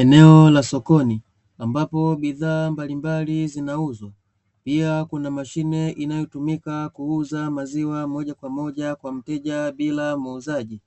Eneo la sokoni ambapo bidhaa mbalimbali zinauzwa pia kuna mashine inayotumika kuuza maziwa moja kwa moja kwa mteja bila muuzaji,